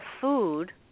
food